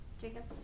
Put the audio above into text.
Jacob